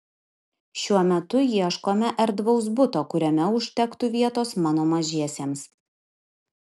šiuo metu ieškome erdvaus buto kuriame užtektų vietos mano mažiesiems